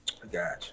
Gotcha